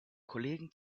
kollegen